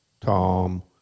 Tom